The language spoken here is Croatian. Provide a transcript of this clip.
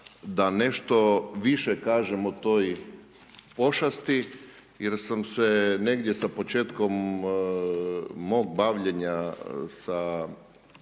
da nešto više kažem o toj pošasti, jer sam se negdje sa početkom mog bavljenja sa